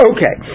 Okay